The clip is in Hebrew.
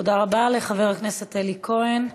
תודה רבה לחבר הכנסת אלי כהן.